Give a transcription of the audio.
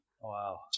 wow